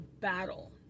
battle